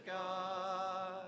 God